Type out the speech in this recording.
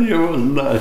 jau na